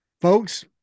folks